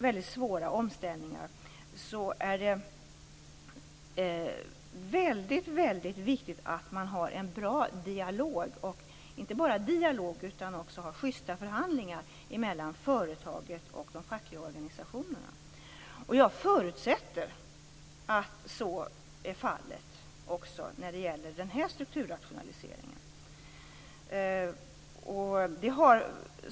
Vid svåra omställningar är det väldigt viktigt att man har en bra dialog - inte bara dialog utan också sjysta förhandlingar - mellan företaget och de fackliga organisationerna. Jag förutsätter att så är fallet också vid den här strukturrationaliseringen.